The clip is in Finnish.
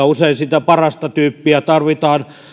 usein sitä parasta tyyppiä tarvitaan